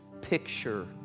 picture